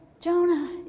Jonah